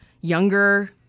younger